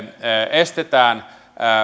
estetään